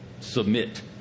submit